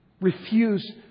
Refuse